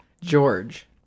George